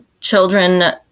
children